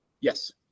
Yes